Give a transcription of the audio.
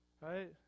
Right